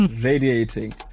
Radiating